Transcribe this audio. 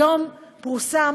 היום פורסם